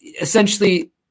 essentially